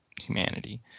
humanity